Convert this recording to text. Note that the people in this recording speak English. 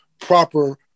proper